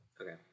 okay